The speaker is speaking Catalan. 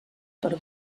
per